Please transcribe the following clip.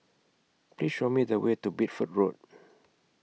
Please Show Me The Way to Bideford Road